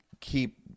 keep